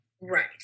Right